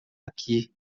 aqui